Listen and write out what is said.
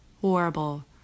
horrible